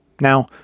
Now